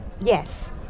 Yes